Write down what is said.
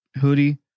hoodie